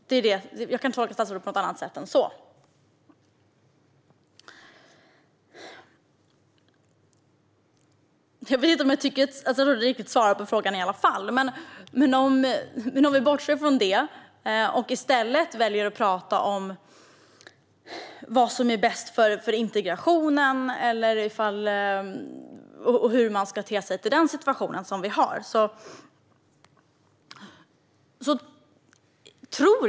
Jag kan inte tolka statsrådet på något annat sätt. Jag tycker inte att statsrådet riktigt svarade på frågan. Men vi kan bortse från det och i stället välja att tala om vad som är bäst för integrationen och hur man ska ställa sig i den situation som vi har.